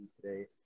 today